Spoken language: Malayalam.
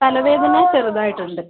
തലവേദന ചെറുതായിട്ട് ഉണ്ട്